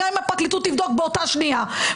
גם אם הפרקליטות תבדוק באותה שנייה.